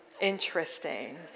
interesting